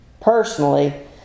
personally